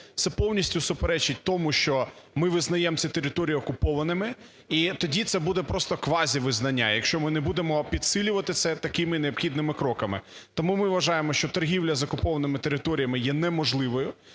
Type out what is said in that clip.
це повністю суперечить тому, що ми визнаємо ці території окупованими. І тоді це буде просто квазівизнання, якщо ми не будемо підсилювати це такими необхідними кроками. Тому ми вважаємо, що торгівля з окупованими територіями є неможливою.